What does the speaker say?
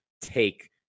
take